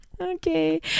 Okay